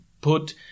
put